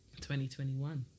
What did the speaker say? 2021